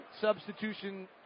Substitution